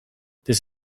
this